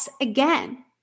again